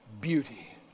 beauty